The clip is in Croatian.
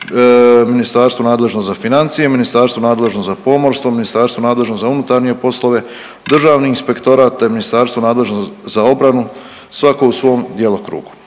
ministarstvo nadležno za financije, ministarstvo nadležno za pomorstvo, ministarstvo nadležno za unutarnje poslove, Državni inspektorat te ministarstvo nadležno za obranu svako u svom djelokrugu.